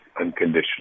unconditional